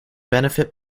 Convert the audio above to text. benefit